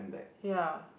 ya